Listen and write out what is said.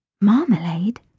Marmalade